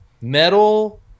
metal